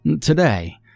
Today